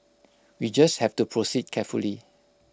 we just have to proceed carefully